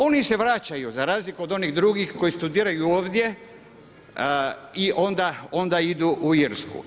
Oni se vraćaju za razliku od onih drugih koji studiraju ovdje i onda idu u Irsku.